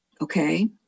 okay